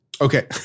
Okay